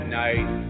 night